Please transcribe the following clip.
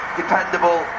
dependable